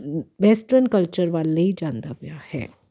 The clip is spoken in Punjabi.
ਵੈਸਟਰਨ ਕਲਚਰ ਵੱਲ ਲਈ ਜਾਂਦਾ ਪਿਆ ਹੈ